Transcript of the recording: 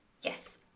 yes